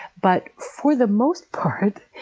but for the most part,